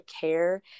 care